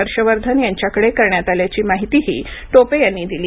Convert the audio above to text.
हर्षवर्धन यांच्याकडे करण्यात आल्याची माहितीही टोपे यांनी दिली